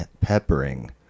peppering